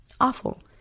awful